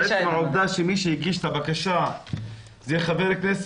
עצם העובדה שמי שהגיש את הבקשה זה חבר כנסת